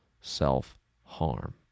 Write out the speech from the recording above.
self-harm